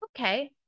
okay